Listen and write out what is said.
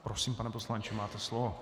Prosím, pane poslanče, máte slovo.